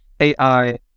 AI